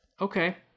Okay